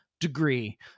degree